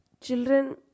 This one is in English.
children